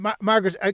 Margaret